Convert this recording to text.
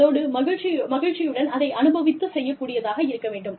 அதோடு மகிழ்ச்சியுடன் அதை அனுபவித்து செய்யக் கூடியதாக இருக்க வேண்டும்